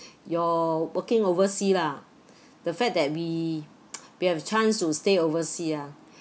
you're working overseas lah the fact that we we have a chance to stay overseas ah